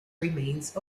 remains